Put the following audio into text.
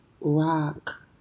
rock